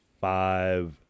five